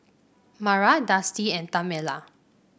Mara Dusty and Tamela